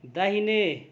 दाहिने